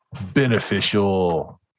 beneficial